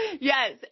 Yes